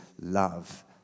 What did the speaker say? love